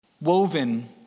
Woven